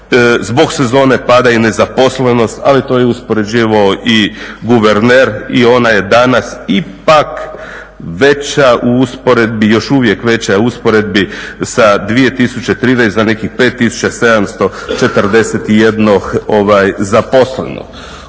Zbog sezone pada i nezaposlenost, ali to je uspoređivao i guverner. I ona je danas ipak veća u usporedbi, još uvijek veća u usporedbi sa 2013. za nekih 5741 zaposlenog.